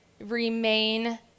remain